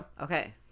Okay